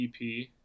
EP